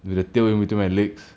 with the tail in between my legs